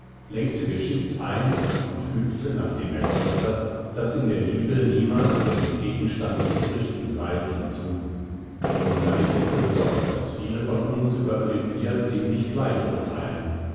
lenkte geschickt ein und fügte nachdem er geäußert daß in der liebe niemals über den gegenstand zu richten sei hinzu wunderlich ist es doch daß viele von uns über olimpia ziemlich gleich urteilen